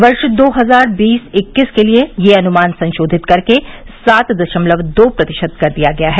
वर्ष दो हजार बीस इक्कीस के लिए यह अनुमान संशोधित करके सात दशमलव दो प्रतिशत कर दिया गया है